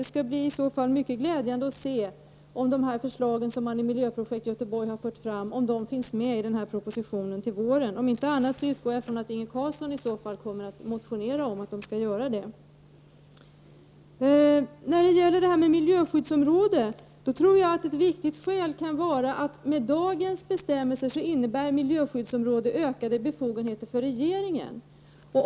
Det skall alltså bli spännande att se om de förslag finns med i nämnda proposition till våren som har framförts i Miljöprojekt Göteborg. Jag utgår från att Inge Carlsson, om förslagen inte finns med i nämnda proposition, kommer att motionera därom. När det gäller miljöskyddsområdet tror jag att ett viktigt skäl kan vara att miljöskyddsområdet med dagens bestämmelser innebär ökade befogenheter för regeringen.